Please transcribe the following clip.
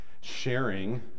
sharing